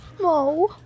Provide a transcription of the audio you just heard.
No